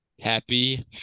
Happy